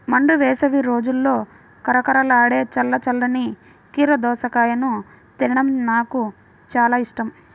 మండు వేసవి రోజుల్లో కరకరలాడే చల్ల చల్లని కీర దోసకాయను తినడం నాకు చాలా ఇష్టం